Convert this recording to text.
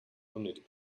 unnötig